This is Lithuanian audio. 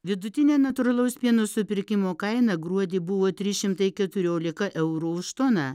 vidutinė natūralaus pieno supirkimo kaina gruodį buvo trys šimtai keturiolika eurų už toną